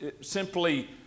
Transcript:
simply